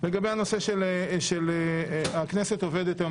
לגבי הנושא של הכנסת שעובדת היום.